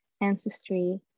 ancestry